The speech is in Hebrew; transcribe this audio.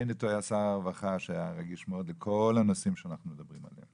והיה רגיש מאוד לכל הנושאים שאנחנו מדברים עליהם.